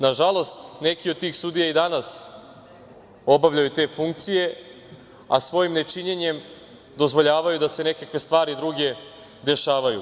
Nažalost, neki od tih sudija i danas obavljaju te funkcije, a svojim nečinjenjem dozvoljavaju da se neke stvari druge dešavaju.